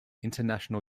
international